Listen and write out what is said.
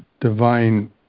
divine